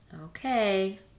Okay